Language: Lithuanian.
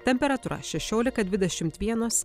temperatūra šešiolika dvidešimt vienas